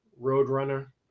Roadrunner